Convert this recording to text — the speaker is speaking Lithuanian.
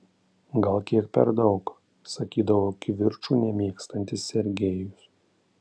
gal kiek per daug sakydavo kivirčų nemėgstantis sergejus